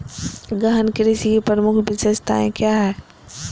गहन कृषि की प्रमुख विशेषताएं क्या है?